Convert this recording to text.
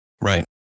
Right